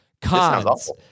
Cons